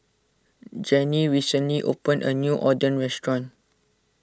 Jenni recently opened a new Oden restaurant